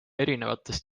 erinevatest